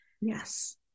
Yes